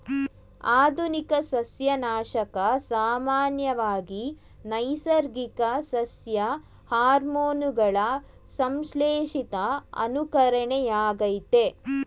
ಆಧುನಿಕ ಸಸ್ಯನಾಶಕ ಸಾಮಾನ್ಯವಾಗಿ ನೈಸರ್ಗಿಕ ಸಸ್ಯ ಹಾರ್ಮೋನುಗಳ ಸಂಶ್ಲೇಷಿತ ಅನುಕರಣೆಯಾಗಯ್ತೆ